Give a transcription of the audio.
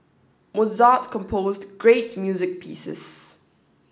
Mozart composed great music pieces